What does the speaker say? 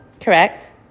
correct